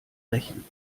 rächen